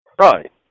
Right